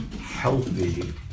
healthy